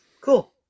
cool